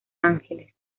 ángeles